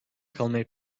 kalmayı